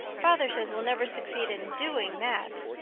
father says we'll never succeed in doing that.